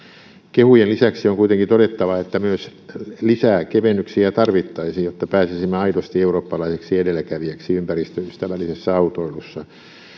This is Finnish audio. kehujen lisäksi on kuitenkin todettava että myös lisää kevennyksiä tarvittaisiin jotta pääsisimme aidosti eurooppalaiseksi edelläkävijäksi ympäristöystävällisessä autoilussa